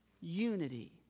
unity